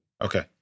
Okay